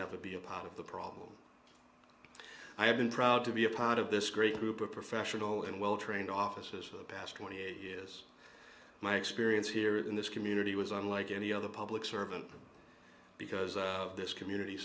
never be a part of the problem i have been proud to be a part of this great group of professional and well trained officers for the past twenty eight years my experience here in this community was unlike any other public servant because this community